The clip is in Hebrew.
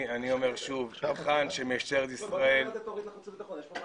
אני אומר שוב משטרת ישראל ------ בוא